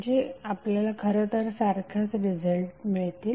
म्हणजे आपल्याला खरंतर सारखेच रिझल्ट result मिळतील